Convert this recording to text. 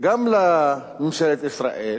גם לממשלת ישראל